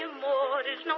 and maude you know